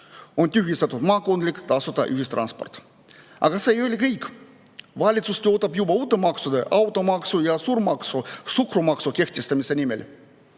On tühistatud maakondlik tasuta ühistransport. Aga see ei ole kõik. Valitsus töötab juba uute maksude, automaksu ja suhkrumaksu kehtestamise nimel.